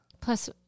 Plus